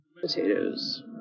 potatoes